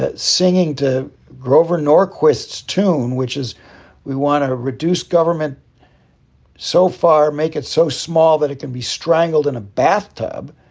singing to grover norquist's tune, which is we want to reduce government so far, make it so small that it can be strangled in a bathtub.